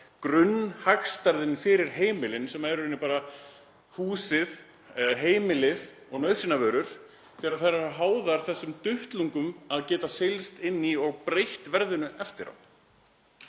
grunnhagstærðin fyrir heimilin, sem er í rauninni bara húsið, heimilið og nauðsynjavörur, er háð þessum duttlungum að geta seilst inn í og breytt verðinu eftir á.